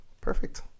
Perfect